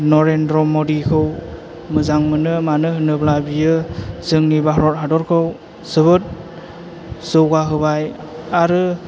नरेन्द्र' मदिखौ मोजां मानो होनोब्ला बियो जोंनि भारत हादरखौ जोबोद जौगाहोबाय आरो